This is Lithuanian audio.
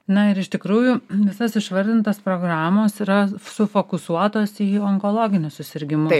na ir iš tikrųjų visos išvardintos programos yra sufokusuotos į onkologinius susirgimus